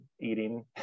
eating